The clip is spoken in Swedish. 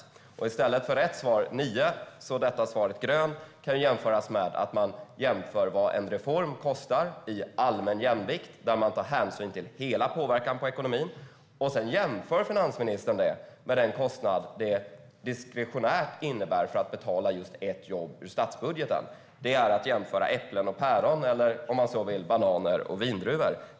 Svaret grön i stället för det rätta svaret nio kan liknas med att jämföra vad en reform kostar i allmän jämvikt, där hänsyn tas till påverkan på hela ekonomin, och sedan, som finansministern gör, jämföra detta med den kostnad det diskretionärt innebär att betala ett jobb ur statsbudgeten. Det är att jämföra äpplen och päron eller, om man så vill, bananer och vindruvor.